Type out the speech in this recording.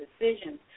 decisions